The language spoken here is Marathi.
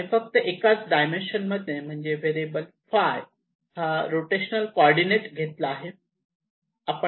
आणि फक्त एकच डायमेन्शन म्हणजे एकच व्हेरिएबल ɸ हा रोटेशनल कॉर्डीनेट घेतला आहे